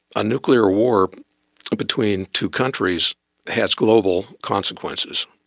a nuclear war between two countries has global consequences.